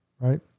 right